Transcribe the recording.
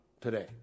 today